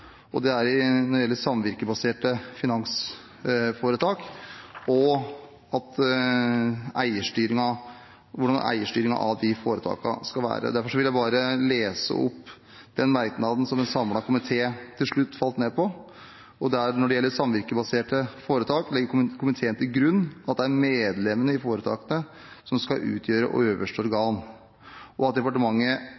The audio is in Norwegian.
Det gjelder samvirkebaserte finansforetak og hvordan eierstyringen av de foretakene skal være. Jeg vil bare lese opp den merknaden som en samlet komité til slutt falt ned på: «Når det gjelder samvirkebaserte foretak legger komiteen til grunn at det er medlemmene i foretakene som skal utgjøre øverste organ. Departementet bes komme med en nærmere vurdering og avklaring av dette i Finansmarknadsmeldinga 2014.» Fordelen i komitébehandlingen nå var nettopp at